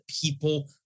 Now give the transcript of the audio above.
people